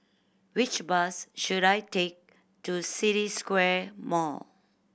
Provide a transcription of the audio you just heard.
which bus should I take to City Square Mall